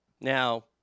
Now